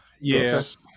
Yes